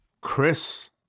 Chris